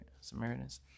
Samaritans